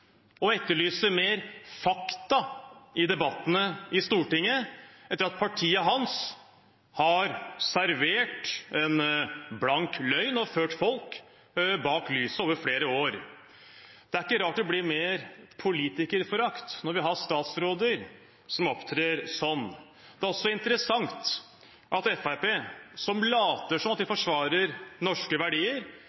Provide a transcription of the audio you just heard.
og etterlyser mer fakta i debattene i Stortinget, etter at partiet hans har servert en blank løgn og ført folk bak lyset over flere år. Det er ikke rart det blir mer politikerforakt når vi har statsråder som opptrer slik. Det er også interessant at Fremskrittspartiet, som later som om de